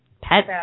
Pet